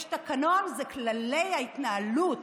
יש תקנון, זה כללי ההתנהלות.